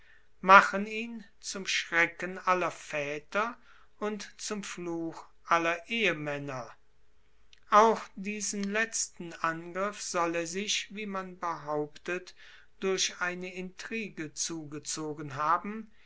machen ihn zum schrecken aller väter und zum fluch aller ehemänner auch diesen letzten angriff soll er sich wie man behauptet durch eine intrige zugezogen haben